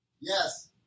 Yes